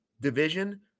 division